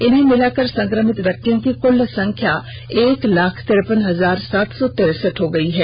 इन्हें मिलाकर संक्रमित व्यक्तियों की कल संख्या एक लाख तिरेपन हजार सात सौ तिरेसठ हो गई है